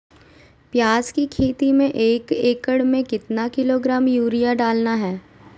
प्याज की खेती में एक एकद में कितना किलोग्राम यूरिया डालना है?